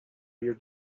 your